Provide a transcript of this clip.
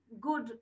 good